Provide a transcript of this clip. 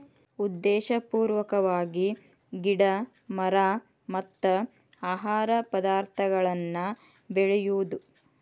ಉದ್ದೇಶಪೂರ್ವಕವಾಗಿ ಗಿಡಾ ಮರಾ ಮತ್ತ ಆಹಾರ ಪದಾರ್ಥಗಳನ್ನ ಬೆಳಿಯುದು